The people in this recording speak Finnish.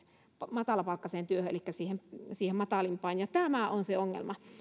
matalapalkkaiseen työhön elikkä siihen siihen matalimpaan ja tämä on se ongelma